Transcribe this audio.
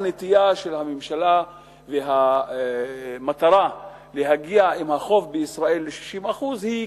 הנטייה של הממשלה והמטרה להגיע עם החוב בישראל ל-60% היא,